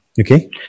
Okay